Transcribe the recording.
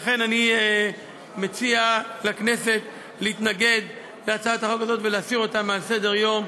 לכן אני מציע לכנסת להתנגד להצעת החוק הזאת ולהסיר אותה מסדר-היום.